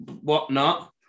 whatnot